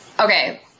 Okay